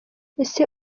ese